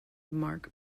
mark